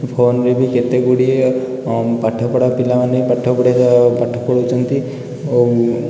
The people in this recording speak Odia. ଫୋନ୍ରେ ବି କେତେଗୁଡ଼ିଏ ପାଠପଢ଼ା ପିଲାମାନେ ପାଠ ପଢ଼ି ପାଠ ପଢ଼ାଉଛନ୍ତି ଓ